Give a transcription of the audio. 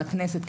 לכנסת,